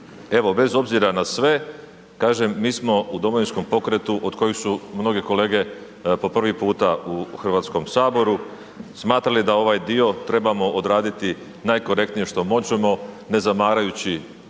bez obzira na sve, kažem, mi smo u Domovinskom pokretu, od kojih su mnoge kolege po prvi puta u HS, smatrali da ovaj dio trebamo odraditi najkorektnije što možemo ne zamarajući